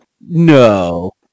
no